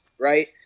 Right